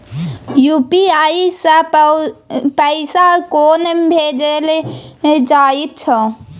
UPI सँ पैसा कोना भेजल जाइत छै?